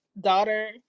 daughter